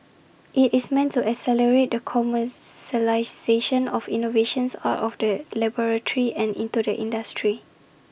IT is meant to accelerate the commercialisation of innovations out of the laboratory and into the industry